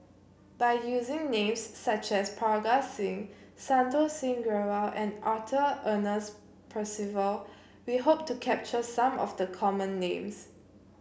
by using names such as Parga Singh Santokh Singh Grewal and Arthur Ernest Percival we hope to capture some of the common names